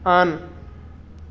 on